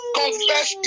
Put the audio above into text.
confess